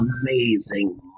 amazing